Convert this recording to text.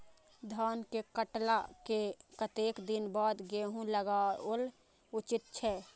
धान के काटला के कतेक दिन बाद गैहूं लागाओल उचित छे?